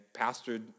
pastored